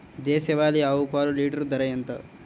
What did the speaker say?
దేశవాలీ ఆవు పాలు లీటరు ధర ఎంత?